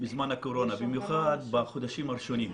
בזמן הקורונה, במיוחד בחודשים הראשונים,